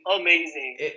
amazing